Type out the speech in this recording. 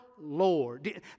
Lord